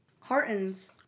Cartons